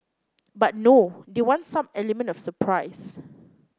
but no they want some element of surprise